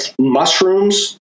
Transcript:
mushrooms